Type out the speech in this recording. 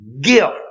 gift